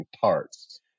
parts